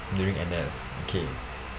during N_S okay